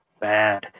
bad